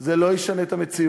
זה לא ישנה את המציאות,